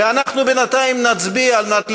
ואנחנו בינתיים נצביע כדי להירשם.